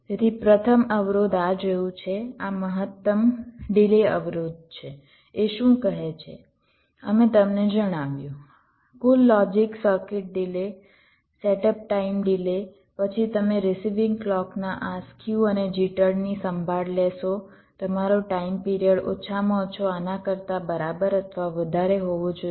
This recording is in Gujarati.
તેથી પ્રથમ અવરોધ આ જેવું છે આ મહત્તમ ડિલે અવરોધ છે એ શું કહે છે અમે તમને જણાવ્યું કુલ logic circuit delay setup time delay પછી તમે રીસિવિંગ ક્લૉકના આ સ્ક્યુ અને જિટરની સંભાળ લેશો તમારો ટાઇમ પિરિયડ ઓછામાં ઓછો આના કરતા બરાબર અથવા વધારે હોવો જોઈએ